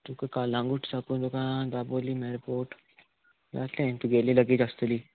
तुका कलंगूट साकून तुका दाबोलीम एअरपोर्ट जातलें तुगेलीय लगेज आसतली